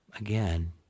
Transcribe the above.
again